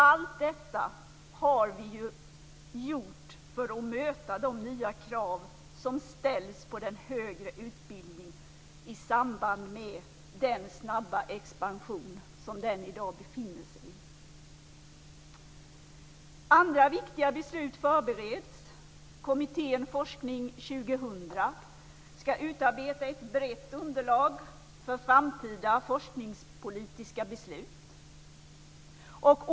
Allt detta har vi gjort för att möta de nya krav som ställs på den högre utbildningen i samband med den snabba expansion som den i dag befinner sig i. Andra viktiga beslut förbereds. Kommittén Forskning 2000 skall utarbeta ett brett underlag för framtida forskningspolitiska beslut.